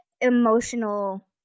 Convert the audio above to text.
emotional